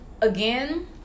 again